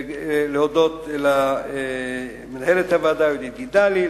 וכן להודות למנהלת הוועדה יהודית גידלי,